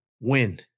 Win